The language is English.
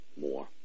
more